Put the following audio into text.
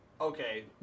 Okay